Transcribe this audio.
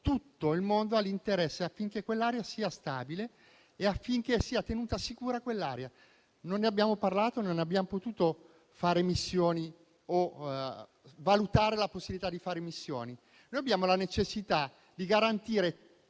tutto il mondo ha interesse affinché quell'area sia stabile e affinché sia tenuta sicura. Non ne abbiamo parlato. Non abbiamo potuto valutare la possibilità di fare missioni. Noi abbiamo la necessità di garantire